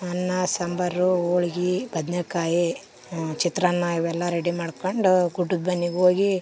ಅನ್ನ ಸಾಂಬಾರು ಹೋಳ್ಗಿ ಬದನೇಕಾಯಿ ಚಿತ್ರಾನ್ನ ಇವೆಲ್ಲಾ ರೆಡಿ ಮಾಡ್ಕೊಂಡು ಗುಡ್ಡದ ಬನ್ನಿಗೆ ಹೋಗಿ